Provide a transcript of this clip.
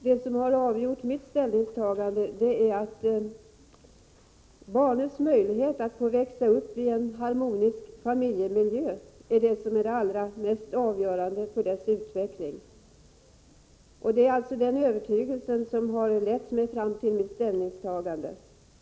Vad som har avgjort mitt ställningstagande är övertygelsen att barnens möjlighet att få växa upp i en harmonisk familjemiljö är det mest avgörande för deras utveckling.